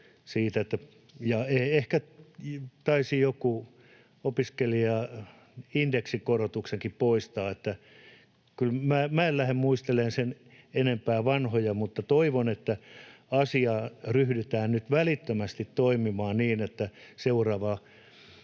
ehkä taisi joku opiskelijoiden indeksikorotuksenkin poistaa. — Minä en lähde muistelemaan sen enempää vanhoja, vaan toivon, että asian eteen ryhdytään nyt välittömästi toimimaan, niin että seuraavalla